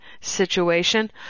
situation